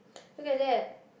look at that